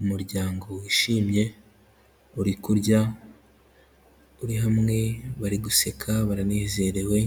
Umuryango wishimye uri kurya, uri hamwe, bari guseka baranezerewe.